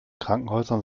krankenhäusern